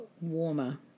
warmer